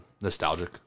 nostalgic